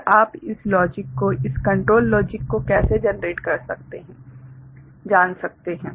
और आप इस लॉजिक को इस कंट्रोल लॉजिक को कैसे जनरेट कर सकते हैं जान सकते हैं